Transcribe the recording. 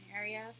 area